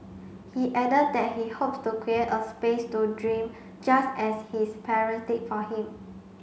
he added that he hopes to create a space to dream just as his parents did for him